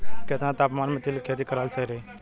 केतना तापमान मे तिल के खेती कराल सही रही?